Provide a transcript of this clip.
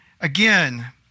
again